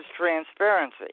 transparency